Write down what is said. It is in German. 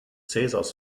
caesars